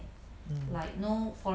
mm